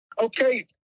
Okay